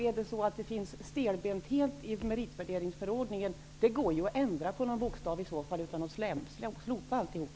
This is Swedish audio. Om det finns stelbenthet i meritvärderingsförordningen, kan man ju i så fall ändra på någon bokstav utan att slopa alltihop.